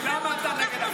למה אתה נגד החוק הזה?